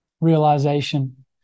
realization